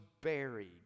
buried